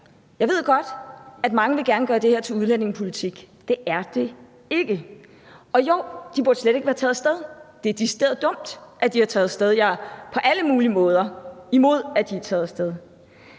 Jeg ved godt, at mange gerne vil gøre det her til udlændingepolitik, men det er det ikke. Og jo, de burde slet ikke være taget af sted – det er decideret dumt, at de er taget af sted; jeg er på alle mulige måder imod, at de er taget af sted